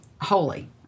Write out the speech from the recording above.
holy